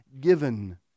given